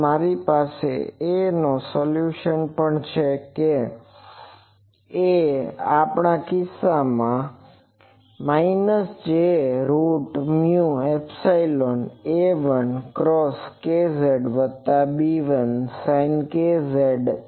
તો મારી પાસે A નો સોલ્યુશન પણ છે કે A આપણા કિસ્સામાં A jμϵA1cos KZ B1sin KZ minus J root mu epsilon A1 cos kz વત્તા B1 સાઈન kz